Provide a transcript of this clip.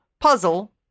puzzle